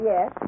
Yes